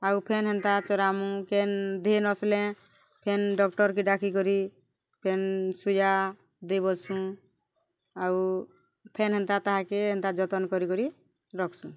ଆଉ ଫେନ୍ ହେନ୍ତା ଚରାମୁ କେନ୍ ଦିହି ନସ୍ଲେ ଫେନ୍ ଡକ୍ଟର୍କେ ଡାକିକରି ଫେନ୍ ସୁଜା ଦେଇବସ୍ସୁଁ ଆଉ ଫେନ୍ ହେନ୍ତା ତାହାକେ ହେନ୍ତା ଯତ୍ନ କରିିକରି ରଖ୍ସୁଁ